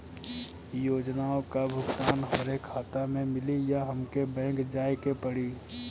योजनाओ का भुगतान हमरे खाता में मिली या हमके बैंक जाये के पड़ी?